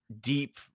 deep